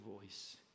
voice